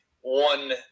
one